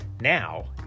Now